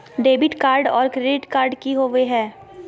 Debit card और credit card की होवे हय?